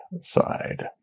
side